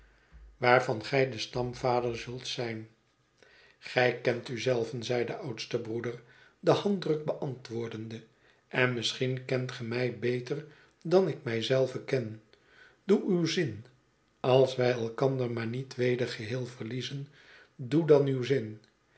waarvan gij de stamvader zult zijn gij kent u zelven zegt de oudste broeder den handdruk beantwoordende en misschien kent ge mij beter dan ik mij zelven ken doe uw zin als wij elkander maar niet weder geheel verliezen doe dan uw zin